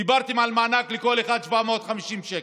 דיברתם על מענק לכל אחד של 750 שקל,